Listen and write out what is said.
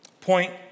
Point